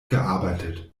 gearbeitet